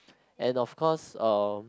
and of course uh